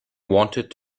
wanted